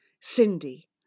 Cindy